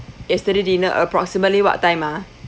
yesterday dinner approximately what time ah